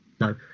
No